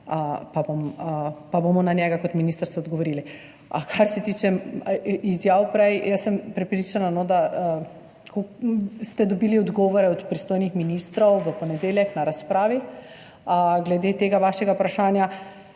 pa bomo na njega kot ministrstvo odgovorili. Kar se tiče prejšnjih izjav, jaz sem prepričana, da ste dobili odgovore od pristojnih ministrov v ponedeljek na razpravi glede tega vašega vprašanja.